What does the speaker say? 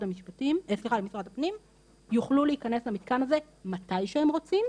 הפנים יוכלו להיכנס למתקן הזה מתי שהם רוצים,